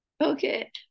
Okay